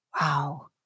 Wow